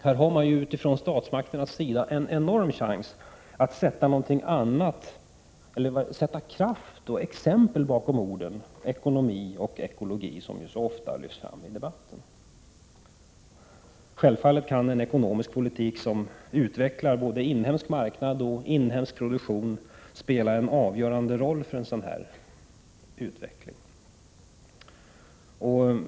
Här har statsmakterna en enorm chans att sätta kraft och exempel bakom orden ekonomi och ekologi, som så ofta lyfts fram i debatten. Självfallet kan en ekonomisk politik som utvecklar både inhemsk marknad och inhemsk produktion spela en avgörande roll för en sådan här utveckling.